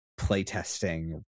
playtesting